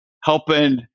helping